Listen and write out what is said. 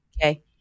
Okay